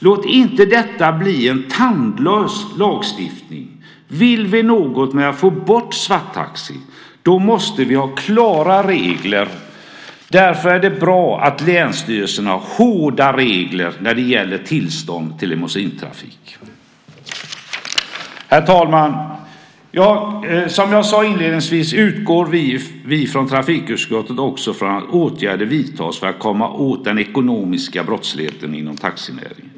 Låt inte detta bli en tandlös lagstiftning. Vill vi något med att få bort svarttaxin så måste vi ha klara regler. Därför är det bra att länsstyrelserna har hårda regler om tillstånd för limousintrafik. Herr talman! Som jag sade inledningsvis utgår vi i trafikutskottet från att åtgärder vidtas för att komma åt den ekonomiska brottsligheten i taxinäringen.